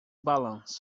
balanço